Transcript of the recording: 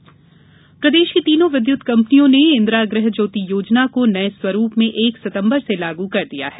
इंदिरा गुहज्योति प्रदेश की तीनों विद्युत कंपनियों ने इंदिरा गृह ज्योति योजना को नए स्वरूप में एक सितम्बर से लागू कर दिया है